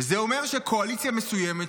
זה אומר שקואליציה מסוימת,